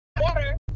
water